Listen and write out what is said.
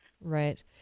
Right